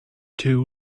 too